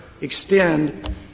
extend